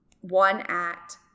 one-act